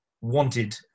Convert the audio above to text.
wanted